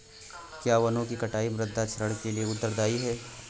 क्या वनों की कटाई मृदा क्षरण के लिए उत्तरदायी है?